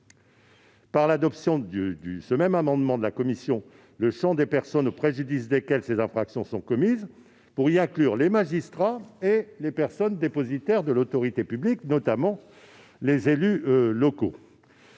la commission a, par ailleurs, permis d'étendre le champ des personnes au préjudice desquelles ces infractions sont commises pour y inclure les magistrats et les personnes dépositaires de l'autorité publique, notamment les élus locaux,